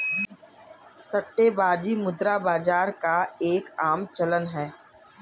सट्टेबाजी मुद्रा बाजार का एक आम चलन है